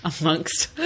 amongst